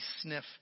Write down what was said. sniff